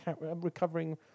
recovering